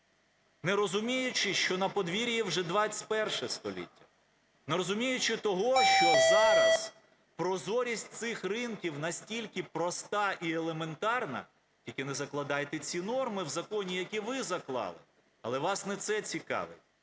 не розуміючи, що на подвір'ї вже ХХІ століття. Не розуміючи того, що зараз прозорість цих ринків настільки проста і елементарна, тільки не закладайте ці норми в законі, який ви заклали. Але вас не це цікавить.